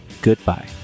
goodbye